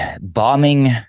bombing